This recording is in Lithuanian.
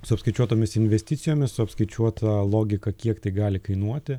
su apskaičiuotomis investicijomis apskaičiuota logika kiek tai gali kainuoti